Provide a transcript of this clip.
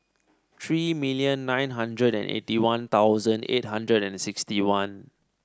three million nine hundred and eighty One Thousand eight hundred and sixty one